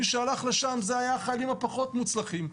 מי שהלך לשם היו החיילים הפחות מוצלחים.